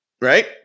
right